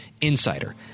insider